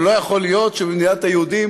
אמרתי לו: לא יכול להיות שבמדינת היהודים